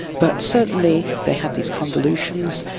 but certainly they had these convolutions,